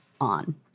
on